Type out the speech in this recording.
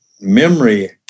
Memory